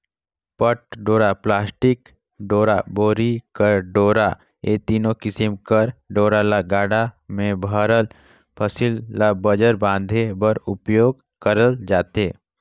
पट डोरा, पलास्टिक डोरा, बोरी कर डोरा ए तीनो किसिम कर डोरा ल गाड़ा मे भराल फसिल ल बंजर बांधे बर उपियोग करल जाथे